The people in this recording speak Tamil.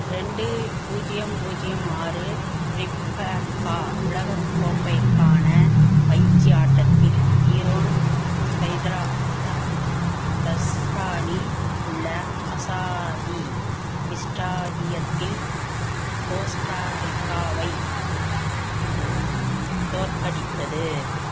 ரெண்டு பூஜ்ஜியம் பூஜ்ஜியம் ஆறு ப்ரிப்பப்பா உலகக் கோப்பைக்கான பயிற்சி ஆட்டத்தில் ஈரோன் ஹைத்தரா தஸ்ரான் இல் உள்ள அசாதி ஸ்டேடியத்தில் கோஸ்ட்டா ரிக்காவை தோற்கடித்தது